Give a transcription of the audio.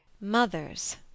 mother's